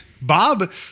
Bob